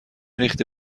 ریخته